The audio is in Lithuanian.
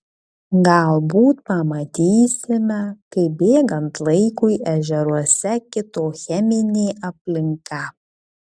galbūt pamatysime kaip bėgant laikui ežeruose kito cheminė aplinka